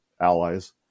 allies